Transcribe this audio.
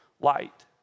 light